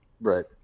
Right